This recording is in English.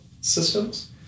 systems